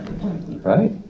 right